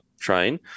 train